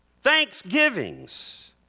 thanksgivings